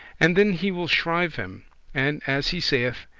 and then he will shrive him and, as he sayeth,